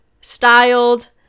styled